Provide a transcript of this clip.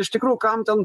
iš tikrųjų kam ten